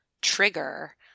trigger